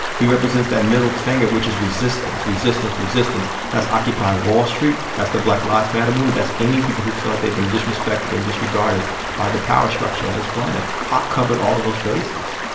he represents that middle finger, which is resistance, resistance, resistance. that's occupy wall street. that's the black lives matter movement. that's any people who feel like they've been disrespected and disregarded by the power structure on this planet. pac covered all of those bases